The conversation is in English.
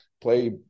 play